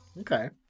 Okay